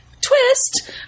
twist